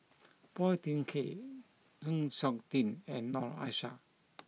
Phua Thin Kiay Chng Seok Tin and Noor Aishah